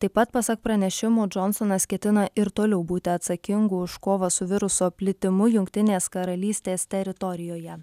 taip pat pasak pranešimo džonsonas ketina ir toliau būti atsakingu už kovą su viruso plitimu jungtinės karalystės teritorijoje